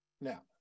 now